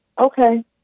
Okay